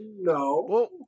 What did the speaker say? No